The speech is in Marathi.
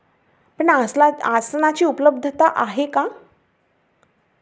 पण आसला आसनाची उपलब्धता आहे का